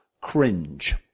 cringe